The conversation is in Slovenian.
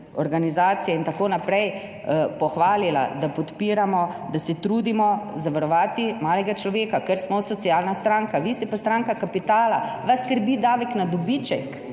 organizacije nas je pohvalila, da podpiramo, da se trudimo zavarovati malega človeka, ker smo socialna stranka, vi ste pa stranka kapitala. Vas skrbi davek na dobiček,